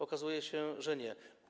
Okazuje się, że nie.